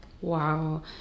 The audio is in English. Wow